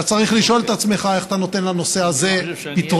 אתה צריך לשאול את עצמך איך אתה נותן לנושא הזה פתרון.